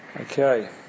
Okay